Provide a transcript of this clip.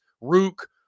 Rook